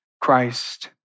Christ